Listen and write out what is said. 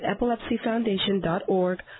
EpilepsyFoundation.org